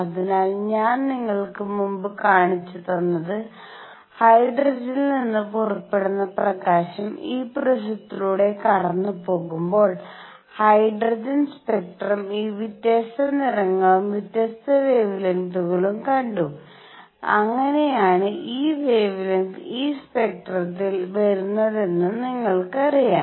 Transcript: അതിനാൽ ഞാൻ നിങ്ങൾക്ക് മുമ്പ് കാണിച്ചുതന്നത് ഹൈഡ്രജനിൽ നിന്ന് പുറപ്പെടുന്ന പ്രകാശം ഈ പ്രിസത്തിലൂടെ കടന്നുപോകുമ്പോൾ ഹൈഡ്രജൻ സ്പെക്ട്രം ഈ വ്യത്യസ്ത നിറങ്ങളും വ്യത്യസ്ത വെവെലെങ്തുകളും കണ്ടു അങ്ങനെയാണ് ഈ വെവെലെങ്ത് ഈ സ്പെക്ട്രത്തിൽ വരുന്നതെന്ന് നിങ്ങൾക്കറിയാം